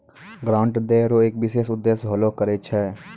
grant दै रो एक विशेष उद्देश्य होलो करै छै